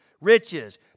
riches